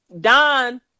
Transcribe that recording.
Don